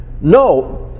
No